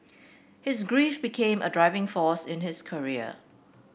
his grief became a driving force in his career